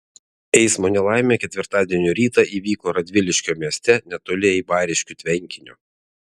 eismo nelaimė ketvirtadienio rytą įvyko radviliškio mieste netoli eibariškių tvenkinio